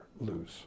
lose